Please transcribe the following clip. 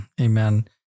amen